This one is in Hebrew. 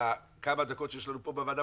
בכמה דקות שיש לנו פה בוועדה,